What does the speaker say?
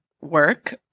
work